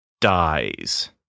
dies